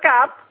up